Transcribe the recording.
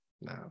no